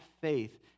faith